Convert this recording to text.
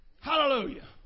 Hallelujah